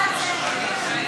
לא שמעתי שהוא קרא